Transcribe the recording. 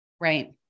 Right